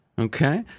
Okay